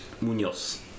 Munoz